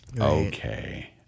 okay